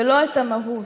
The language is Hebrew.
ולא את המהות.